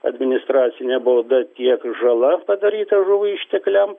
administracinė bauda tiek žala padaryta žuvų ištekliam